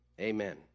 Amen